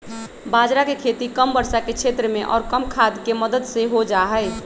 बाजरा के खेती कम वर्षा के क्षेत्र में और कम खाद के मदद से हो जाहई